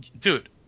Dude